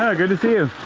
yeah good to see you